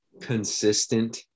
consistent